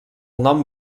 nom